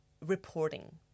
reporting